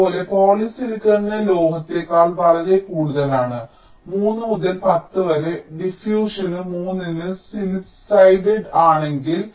അതുപോലെ പോളിസിലിക്കോണിന് ലോഹത്തേക്കാൾ വളരെ കൂടുതലാണ് 3 മുതൽ 10 വരെ ഡിഫ്യൂഷന് 3 ന് സില്ലിസൈഡ് ആണെങ്കിൽ